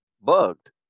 bugged